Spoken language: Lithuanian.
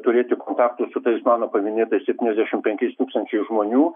turėti kontaktus su tais mano paminėtais septyniasdešimt penkiais tūkstančiais žmonių